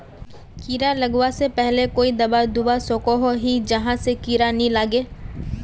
कीड़ा लगवा से पहले कोई दाबा दुबा सकोहो ही जहा से कीड़ा नी लागे?